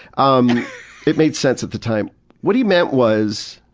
um it made sense at the time what he meant was,